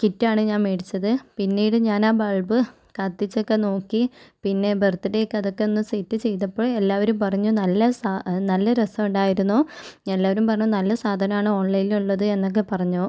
കിറ്റാണ് ഞാന് മേടിച്ചത് പിന്നീട് ഞാനാ ബള്ബ് കത്തിച്ചൊക്കെ നോക്കി പിന്നെ ബര്ത്ത് ഡേക്ക് അതൊക്കെ ഒന്ന് സെറ്റ് ചെയ്തപ്പോൾ എല്ലാവരും പറഞ്ഞു നല്ല സാ നല്ല രസം ഉണ്ടായിരുന്നു എല്ലാവരും പറഞ്ഞു നല്ല സാധനം ആണ് ഓണ്ലൈനില് ഉള്ളത് എന്നൊക്കെ പറഞ്ഞു